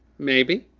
maybe.